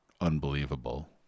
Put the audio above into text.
unbelievable